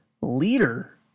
leader